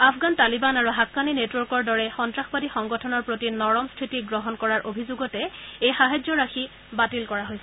আফগান তালিবান আৰু হাক্কানি নেটৱৰ্কৰ দৰে সন্নাসবাদী সংগঠনৰ প্ৰতি নৰম স্থিতি গ্ৰহণ কৰাৰ অভিযোগতে এই সহায্য ৰাখি বাতিল কৰা হৈছিল